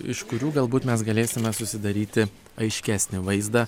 iš kurių galbūt mes galėsime susidaryti aiškesnį vaizdą